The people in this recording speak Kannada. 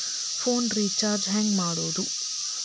ಫೋನ್ ರಿಚಾರ್ಜ್ ಹೆಂಗೆ ಮಾಡೋದು?